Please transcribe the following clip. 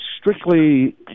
strictly